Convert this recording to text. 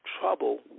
Trouble